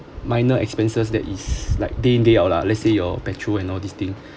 minor expenses that is like day in day out lah let's say your petrol and all this thing